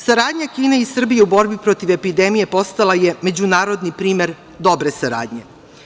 Saradnja Kine i Srbije u borbi protiv epidemije postala je međunarodni primer dobre saradnje.